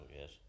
yes